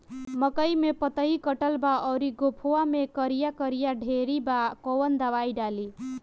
मकई में पतयी कटल बा अउरी गोफवा मैं करिया करिया लेढ़ी बा कवन दवाई डाली?